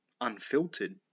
Unfiltered